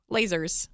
Lasers